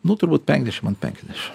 nu turbūt penkiasdešim ant penkiasdešim